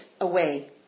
away